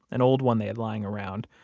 an old one they had lying around,